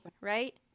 right